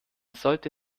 sollte